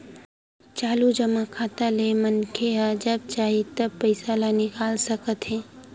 चालू जमा खाता ले मनखे ह जब चाही तब पइसा ल निकाल सकत हे